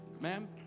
Ma'am